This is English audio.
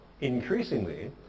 increasingly